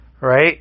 right